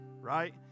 Right